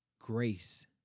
grace